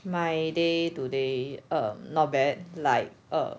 my day today err not bad like err